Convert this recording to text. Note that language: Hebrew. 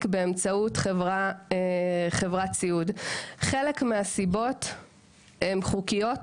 באמצעות חברת סיעוד; חלק מהסיבות לכך הן חוקיות,